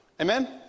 Amen